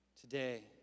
Today